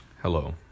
Hello